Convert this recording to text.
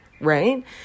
right